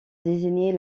désigner